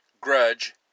Grudge